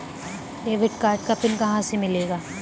Debit card का पिन कहां से मिलेगा?